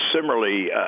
similarly